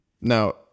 Now